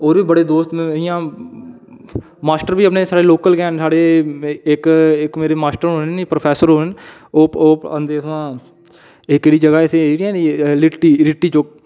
और बडे़ दोस्त न इ'यां मास्टर बी अपने साढ़े लोकल गै न साढ़े इक इक मेरे मास्टर होर निं प्रौफैसर होर न ओह् ओह् औंदे उत्थुआं एह् केह्ड़ी जगह् ऐ इत्थै इयै निं रिट्टी रिट्टी चौक